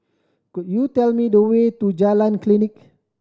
could you tell me the way to Jalan Klinik